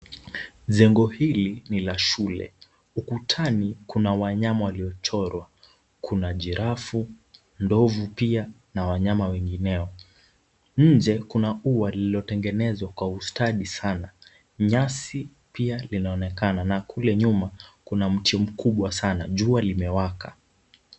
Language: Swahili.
Jengo hili ni la shule. Ukutani kuna wanyama waliochorwa. Kuna giraffe , ndovu pia na wanyama wengineo. Nje kuna uwa lililotengenezwa kwa ustadi sana. Nyasi pia linaonekana na kule nyuma kuna mti mkubwa sana. Jua limewaka.